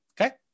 Okay